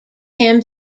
him